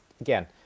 again